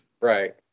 Right